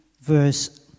verse